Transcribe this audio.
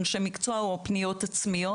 אנשי מקצוע או פניות עצמיות.